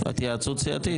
התייעצות סיעתית.